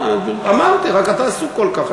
רק אתה עסוק כל כך,